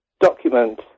document